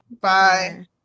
bye